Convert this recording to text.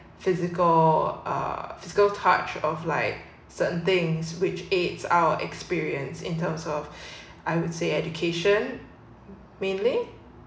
physical uh physical touch of like certain things which aids our experience in terms of I would say education